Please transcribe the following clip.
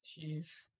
Jeez